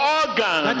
organ